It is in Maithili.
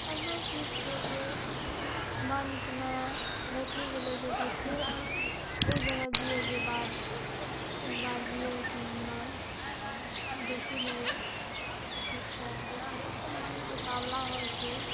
एहनो चीज छै जे मोनमे बैठि गेलऽ छै कि फेर ओ जगह जाइए जे बार एक बार जाइए कि हमे देखि लिए ओ चीजके देखै रऽ मोन एतना उतावला होइ छै